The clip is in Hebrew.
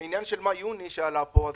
לעניין של מאי-יוני שעלה פה,